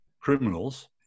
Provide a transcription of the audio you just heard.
criminals